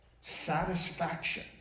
Satisfaction